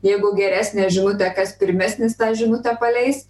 jeigu geresnė žinutė kas pirmesnis tą žinutę paleis